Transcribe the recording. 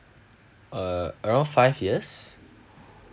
err around five years